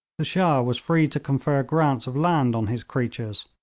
the shah was free to confer grants of land on his creatures,